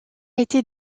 été